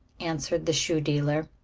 answered the shoe dealer.